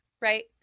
right